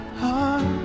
heart